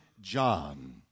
John